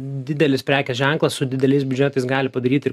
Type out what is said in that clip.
didelis prekės ženklas su dideliais biudžetais gali padaryti ir